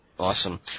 Awesome